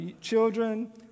children